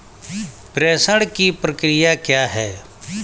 प्रेषण की प्रक्रिया क्या है?